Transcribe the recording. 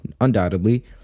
undoubtedly